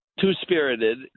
two-spirited